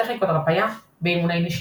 טכניקות הרפיה ואימוני נשימה.